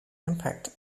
impact